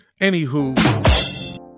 Anywho